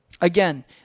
Again